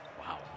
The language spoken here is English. Wow